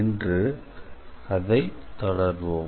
இன்று அதை தொடர்வோம்